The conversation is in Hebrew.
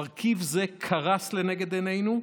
מרכיב זה קרס לנגד עינינוף,